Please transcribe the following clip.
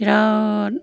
बेराद